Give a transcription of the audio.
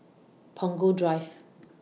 Punggol Drive